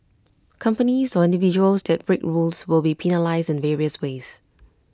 companies or individuals that break rules will be penalised in various ways